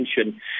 attention